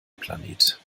planet